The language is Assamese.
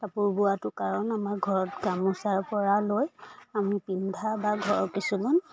কাপোৰ বোৱাটো কাৰণ আমাৰ ঘৰত গামোচাৰ পৰা লৈ আমি পিন্ধা বা ঘৰৰ কিছুমান